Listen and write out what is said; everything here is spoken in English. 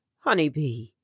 Honeybee